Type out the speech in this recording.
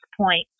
point